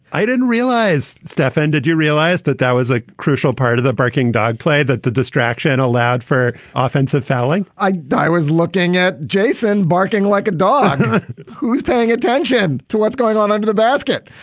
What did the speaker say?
i didn't realize steph ended you realize that that was a crucial part of the barking dog play that the distraction allowed for offensive fouling i i was looking at jason barking like a dog who's paying attention to what's going on under the basket.